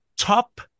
Top